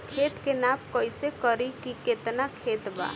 खेत के नाप कइसे करी की केतना खेत बा?